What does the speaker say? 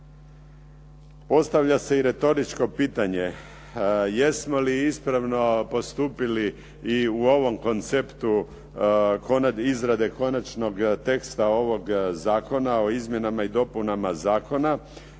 Postavlja se i retoričko pitanje jesmo li ispravno postupili i u ovom konceptu izrade konačnog teksta ovog zakona o izmjenama i dopunama zakona,